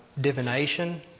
divination